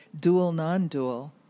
dual-non-dual